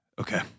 Okay